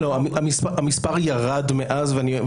לא.